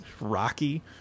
rocky